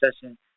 session